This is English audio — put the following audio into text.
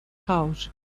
house